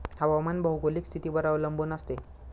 हवामान भौगोलिक स्थितीवर अवलंबून असते